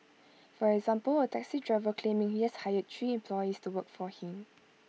for example A taxi driver claiming he has hired three employees to work for him